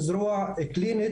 תמיכה נפשית,